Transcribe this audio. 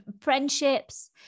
friendships